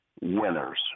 winners